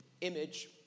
Image